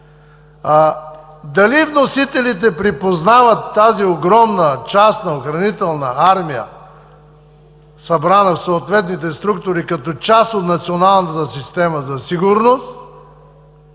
Дали вносителите припознават тази огромна частна охранителна армия, събрана в съответните структури, като част от националната система за сигурност?